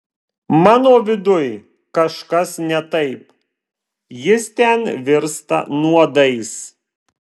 mano viduj kažkas ne taip jis ten virsta nuodais